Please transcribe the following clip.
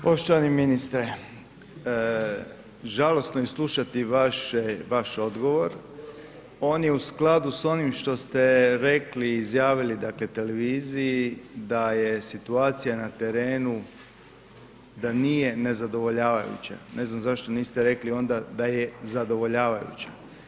Poštovani ministre, žalosno je slušati vaš odgovor, on je u skladu sa onim što ste rekli, izjavili televiziji da je situacija na terenu, da nije nezadovoljavajuća, ne znam zašto niste rekli onda da je zadovoljavajuća.